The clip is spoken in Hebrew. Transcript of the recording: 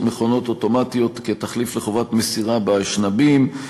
מכונות אוטומטיות כתחליף לחובתה למסירתם באשנבים,